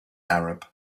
arab